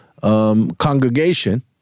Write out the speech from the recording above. Congregation